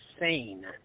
insane